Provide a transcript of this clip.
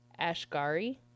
Ashgari